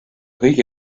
kõige